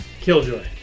Killjoy